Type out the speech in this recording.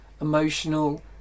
emotional